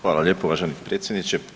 Hvala lijepo uvaženi predsjedniče.